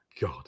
God